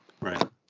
Right